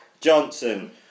Johnson